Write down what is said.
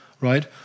right